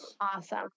Awesome